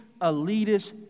elitist